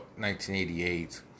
1988